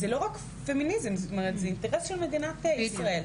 זה לא רק פמיניזם, זה גם אינטרס של מדינת ישראל.